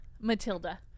Matilda